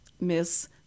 miss